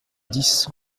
dix